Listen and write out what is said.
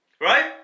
Right